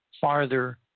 farther